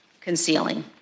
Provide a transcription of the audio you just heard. concealing